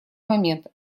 момент